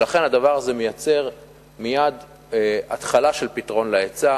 ולכן הדבר הזה מייצר מייד התחלה של פתרון לעניין ההיצע.